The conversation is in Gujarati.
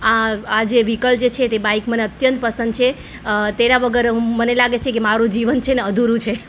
આ આ જે વિકલ જે છે તે બાઈક મને અત્યંત પસંદ છે તેના વગર હું મને લાગે છે કે મારૂં જીવન છે ને અધૂરું છે